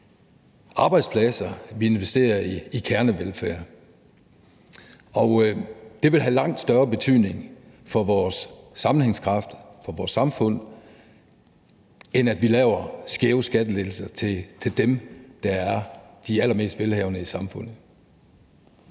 arbejdspladser, og vi investerer i kernevelfærd. Det vil have langt større betydning for vores sammenhængskraft og for vores samfund, end hvis vi giver skæve skattelettelser til dem, der er de allermest velhavende i samfundet.